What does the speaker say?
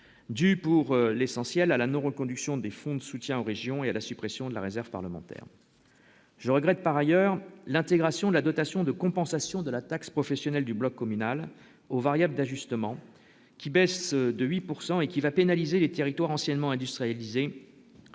due pour l'essentiel à la non-reconduction des fonds de soutien aux régions et à la suppression de la réserve parlementaire je regrette par ailleurs l'intégration de la dotation de compensation de la taxe professionnelle du bloc communal au variable d'ajustement qui baisse de 8 pourcent et qui va pénaliser les territoires anciennement industrialisés,